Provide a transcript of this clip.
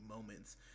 moments